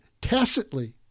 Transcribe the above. tacitly